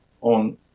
on